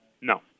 No